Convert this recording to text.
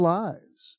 lives